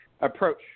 approach